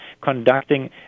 conducting